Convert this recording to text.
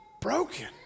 broken